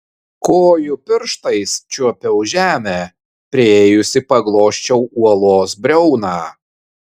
kojų pirštais čiuopiau žemę priėjusi paglosčiau uolos briauną